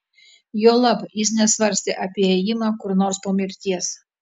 juolab jis nesvarstė apie ėjimą kur nors po mirties